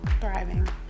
Thriving